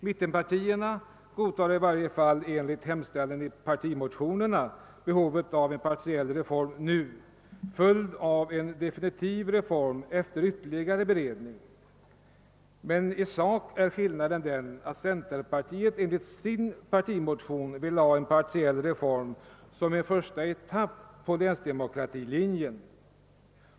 Mittenpartierna godtar, i varje fall enligt hemställan i partimotionerna, behovet av en partiell reform, följd av en definitiv reform efter ytterligare beredning. I sak ligger skillnaden däri att centerpartiet enligt sin partimotion vill ha en partiell reform som en första etapp på länsdemokratilinjen.